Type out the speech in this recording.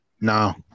no